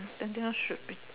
then this one should be